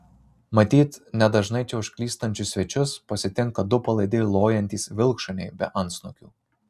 matyt nedažnai čia užklystančius svečius pasitinka du palaidi lojantys vilkšuniai be antsnukių